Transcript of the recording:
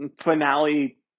finale